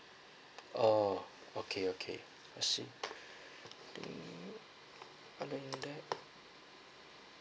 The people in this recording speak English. orh okay okay I see mm